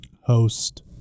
host